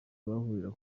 bahurira